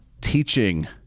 teaching